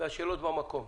והשאלות במקום